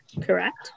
correct